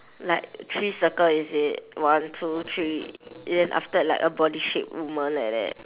like three circle is it one two three then after that like a body shape woman like that